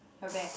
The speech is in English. her bear